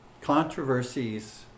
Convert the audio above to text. controversies